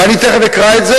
ואני תיכף אקרא את זה.